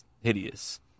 hideous